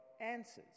answers